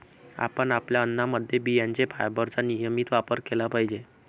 आपण आपल्या अन्नामध्ये बियांचे फायबरचा नियमित वापर केला पाहिजे